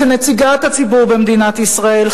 כנציגת הציבור במדינת ישראל,